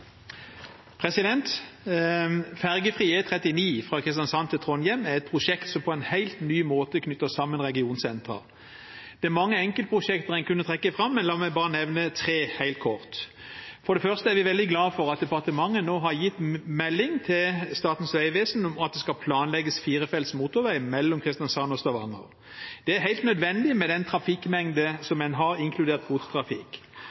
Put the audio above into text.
fra Kristiansand til Trondheim er et prosjekt som på en helt ny måte knytter sammen regionsentre. Det er mange enkeltprosjekter en kan trekke fram, men la meg bare nevne tre helt kort: For det første er vi veldig glade for at departementet nå har gitt melding til Statens vegvesen om at det skal planlegges firefelts motorvei mellom Kristiansand og Stavanger. Det er helt nødvendig med den